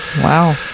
Wow